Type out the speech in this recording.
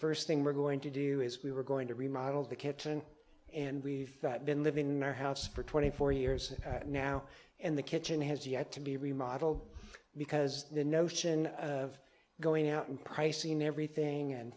first thing we're going to do is we were going to remodel the kitchen and we've been living in our house for twenty four years now and the kitchen has yet to be remodeled because the notion of going out and pricing everything and